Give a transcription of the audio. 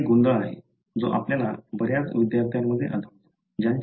हा एक गोंधळ आहे जो आपल्याला बर्याच विद्यार्थ्यांमध्ये आढळतो